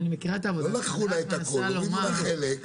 לא לקחו לה את הכול, הורידו לה חלק,